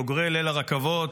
בוגרי ליל הרכבות,